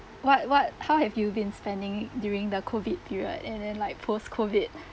what what how have you been spending during the COVID period and then like post COVID